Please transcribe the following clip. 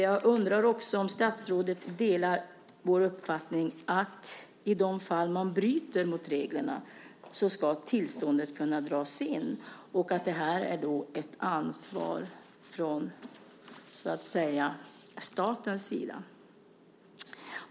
Jag undrar också om statsrådet delar vår uppfattning att tillståndet ska kunna dras in i de fall då man bryter mot reglerna och att det är statens ansvar.